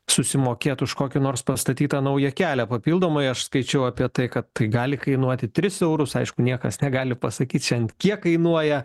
susimokėt už kokį nors pastatytą naują kelią papildomai aš skaičiau apie tai kad tai gali kainuoti tris eurus aišku niekas negali pasakyt šiandien kiek kainuoja